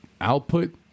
output